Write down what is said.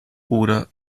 oder